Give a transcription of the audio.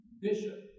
Bishop